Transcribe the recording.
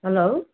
hello